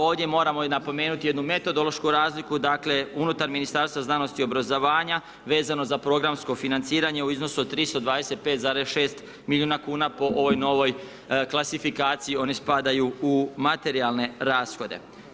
Ovdje moramo napomenuti jednu metodološku razliku, dakle, unutar Ministarstva znanosti i obrazovanja, vezano za programsko financiranje, u iznosu od 325,6 milijuna kn, po ovoj novoj klasifikaciji, oni spadaju u materijalne rashode.